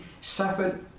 suffered